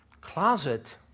closet